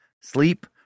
Sleep